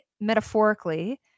metaphorically